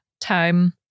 time